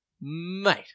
Mate